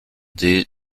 deux